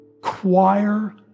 choir